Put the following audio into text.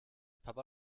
papa